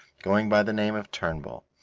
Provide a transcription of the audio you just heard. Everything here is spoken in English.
going by the name of turnbull,